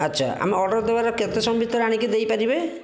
ଆଛା ଆମେ ଅର୍ଡ଼ର ଦେବାର କେତେ ସମୟ ଭିତରେ ଆଣିକି ଦେଇ ପାରିବେ